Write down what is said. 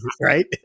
right